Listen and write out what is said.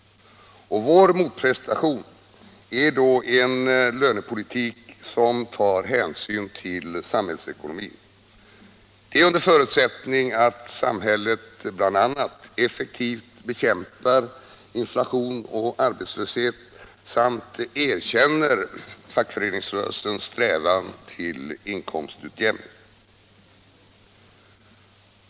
Vår motprestation är då en lönepolitik som tar hänsyn till samhällsekonomin — under förutsättning att samhället bl.a. effektivt bekämpar inflation och arbetslöshet samt erkänner fackföreningsrörelsens strävan till inkomstutjämning.